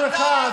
ודברים אחרים.